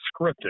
scripted